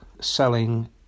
selling